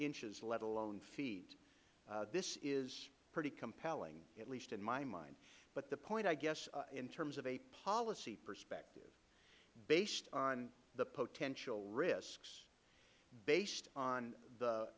inches let alone feet this is pretty compelling at least in my mind but the point i guess in terms of a policy perspective based on the potential risks based on the